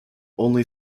only